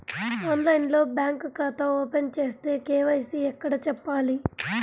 ఆన్లైన్లో బ్యాంకు ఖాతా ఓపెన్ చేస్తే, కే.వై.సి ఎక్కడ చెప్పాలి?